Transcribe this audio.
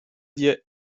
dir